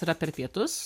tai yra per pietus